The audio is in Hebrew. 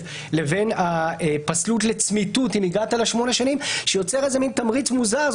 לבין הפסלות לצמיתות אם הגעת ל-8 שנים שיוצר מין תמריץ מוזר.